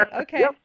Okay